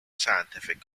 scientific